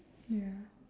ya